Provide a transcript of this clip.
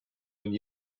and